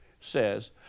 says